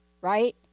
right